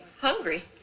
hungry